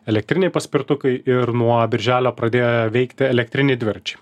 elektriniai paspirtukai ir nuo birželio pradėjo veikti elektriniai dviračiai